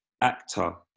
actor